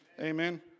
Amen